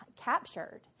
captured